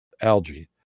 algae